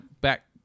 back